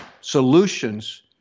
solutions